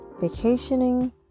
vacationing